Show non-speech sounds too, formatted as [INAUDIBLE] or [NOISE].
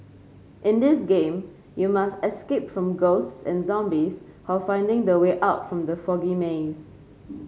in this game you must escape from ghosts and zombies [UNINTELLIGIBLE] finding the way out from the foggy maze